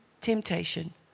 temptation